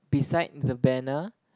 beside the banner